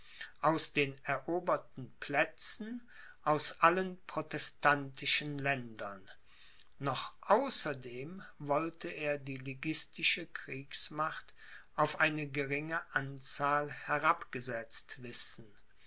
aus den eroberten plätzen aus allen protestantischen ländern noch außerdem wollte er die liguistische kriegsmacht auf eine geringe anzahl herabgesetzt wissen